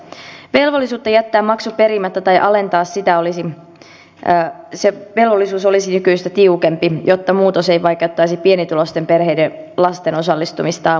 velvollisuus jättää maksu perimättä tai alentaa sitä olisi nykyistä tiukempi jotta muutos ei vaikeuttaisi pienituloisten perheiden lasten osallistumista aamu ja iltapäivätoimintaan